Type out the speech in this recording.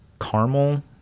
caramel